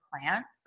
plants